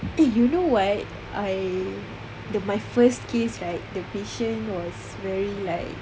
eh you know [what] I the my first case right the patient was very like